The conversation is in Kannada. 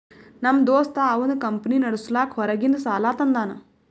ನಮ್ ದೋಸ್ತ ಅವಂದ್ ಕಂಪನಿ ನಡುಸ್ಲಾಕ್ ಹೊರಗಿಂದ್ ಸಾಲಾ ತಂದಾನ್